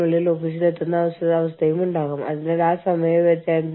ഇതിനെ ബൌദ്ധിക സ്വത്തവകാശ സംരക്ഷണം എന്ന് വിളിക്കുന്നു